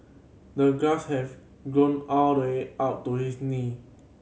the grass have grown all the way out to his knee